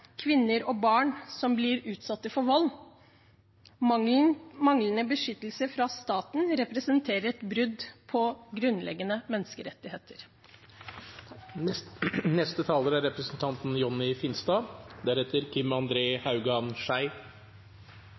kvinner og barn som blir utsatt for vold. Manglende beskyttelse fra staten representerer et brudd på grunnleggende menneskerettigheter.